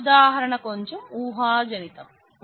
కాని ఈ ఉదాహారణ కొంచేం ఊహాజనితం